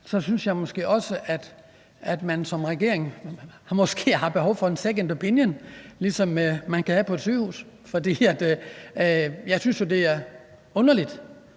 så synes jeg måske også, at man som regering har behov for en second opinion, ligesom man kan have på et sygehus. For jeg synes jo, det er underligt,